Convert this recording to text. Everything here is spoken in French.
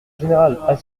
général